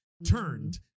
turned